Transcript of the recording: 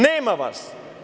Nema vas.